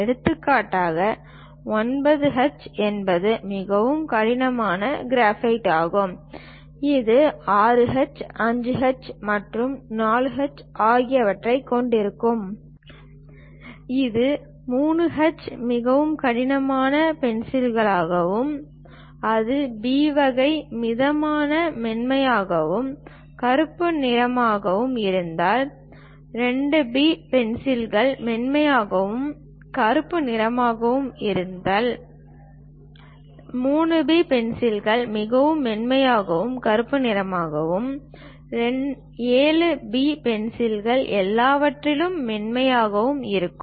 எடுத்துக்காட்டாக 9H என்பது மிகவும் கடினமான கிராஃபைட் ஆகும் இது 6H 5H மற்றும் 4H ஆகியவற்றைக் கொண்டிருக்கும் இது 3H மிகவும் கடினமான பென்சிலாகவும் அது B வகை மிதமான மென்மையாகவும் கருப்பு நிறமாகவும் இருந்தால் 2B பென்சில்கள் மென்மையாகவும் கருப்பு நிறமாகவும் இருந்தால் 3B பென்சில்கள் மிகவும் மென்மையாகவும் கருப்பு நிறமாகவும் 7B பென்சில்கள் எல்லாவற்றிலும் மென்மையாகவும் இருக்கும்